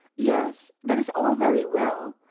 yes, that is all very well,